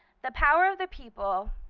the power of the people,